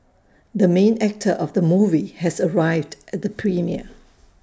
the main actor of the movie has arrived at the premiere